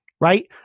right